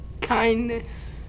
Kindness